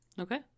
Okay